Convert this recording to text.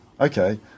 okay